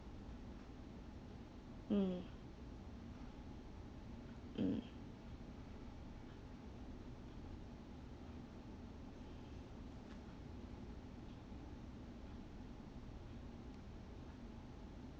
mm mm